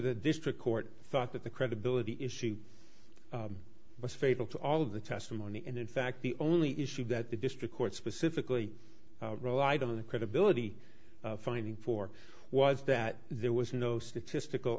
to court thought that the credibility issue was fatal to all of the testimony and in fact the only issue that the district court specifically relied on the credibility finding for was that there was no statistical